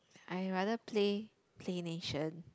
I rather play Playnation